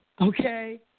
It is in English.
okay